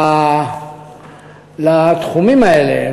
לתחומים האלה,